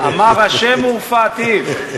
"אמר ה' ורפאתיו".